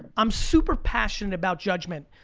i'm super passionate about judgment.